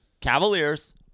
Cavaliers